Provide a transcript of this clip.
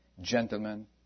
Gentlemen